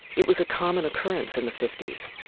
it was a common occurrence in the fifties